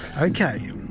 Okay